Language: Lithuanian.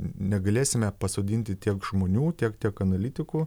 negalėsime pasodinti tiek žmonių tiek tiek analitikų